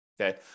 Okay